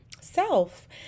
self